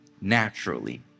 naturally